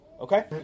Okay